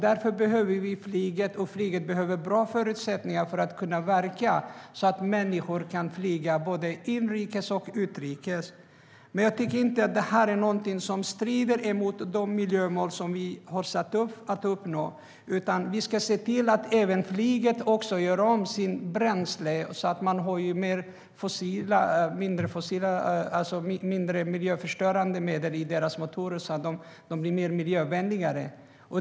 Därför behöver vi flyget, och flyget behöver bra förutsättningar för att kunna verka så att människor kan flyga både inrikes och utrikes. Jag tycker inte att detta är något som strider mot de miljömål som vi har satt upp och som vi ska uppnå. Vi ska se till att även flyget gör om sitt bränsle så att planen får mindre miljöförstörande medel i motorerna och därmed blir mer miljövänliga.